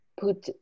put